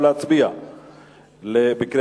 25. אם כך,